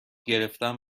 گرفنم